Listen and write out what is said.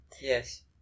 Yes